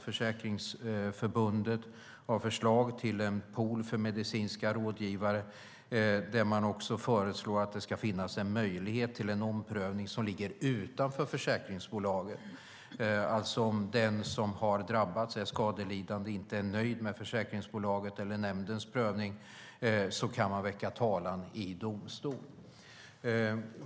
Försäkringsförbundet har förslag till en pool av medicinska rådgivare. Man föreslår att det ska finnas en möjlighet till en omprövning utanför försäkringsbolagen. Om den som har drabbats och är skadelidande inte är nöjd med försäkringsbolagets eller nämndens prövning kan man väcka talan i domstol.